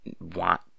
want